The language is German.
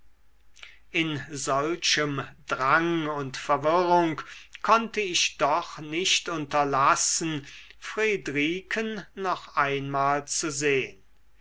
in solchem drang und verwirrung konnte ich doch nicht unterlassen friedriken noch einmal zu sehn